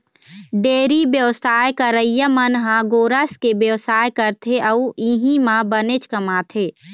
dairy बेवसाय करइया मन ह गोरस के बेवसाय करथे अउ इहीं म बनेच कमाथे